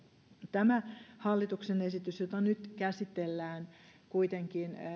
tämä hallituksen esitys jota nyt käsitellään kuitenkin